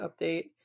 update